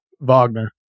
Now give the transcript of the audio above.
Wagner